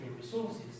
resources